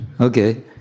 Okay